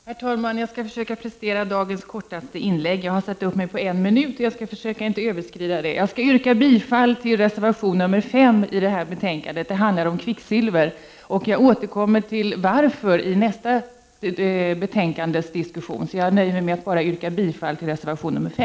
Herr talman! Jag skall försöka prestera dagens kortaste inlägg. Jag har anmält mig för en minut och skall försöka att inte överskrida den tiden. Jag yrkar bifall till reservation 5, som handlar om kvicksilver, och återkommer till varför i diskussionen om nästa betänkande.